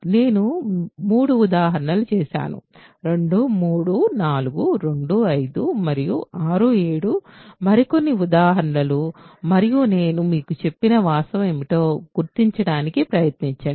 నేను మూడు ఉదాహరణలు చేసాను 2 3 4 2 5 మరియు 6 7 మరికొన్ని ఉదాహరణలు మరియు నేను మీకు చెప్పిన వాస్తవం ఏమిటో గుర్తించడానికి ప్రయత్నించండి